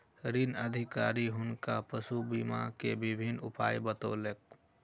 ऋण अधिकारी हुनका पशु बीमा के विभिन्न उपाय बतौलक